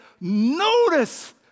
notice